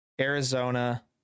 Arizona